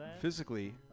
physically